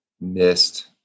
missed